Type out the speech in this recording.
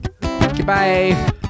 Goodbye